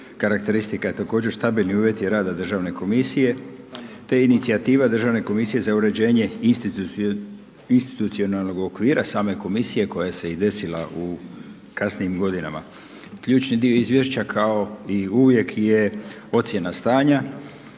karakteristika također stabilni uvjeti rada Državne komisije, te inicijativa Državne komisije za uređenje institucionalnog okvira same komisije koja se i desila u kasnijim godinama. Ključni dio izvješća, kao i uvijek je ocjena stanja